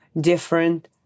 different